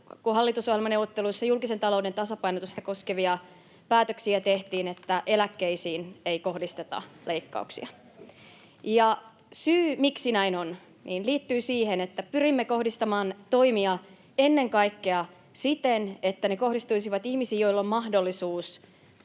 kun hallitusohjelmaneuvotteluissa julkisen talouden tasapainotusta koskevia päätöksiä tehtiin, että eläkkeisiin ei kohdisteta leikkauksia. [Juho Eerola: Oppositio heikentää eläkeläisten asemaa!] Ja syy, miksi näin on, liittyy siihen, että pyrimme kohdistamaan toimia ennen kaikkea siten, että ne kohdistuisivat ihmisiin, joilla on mahdollisuus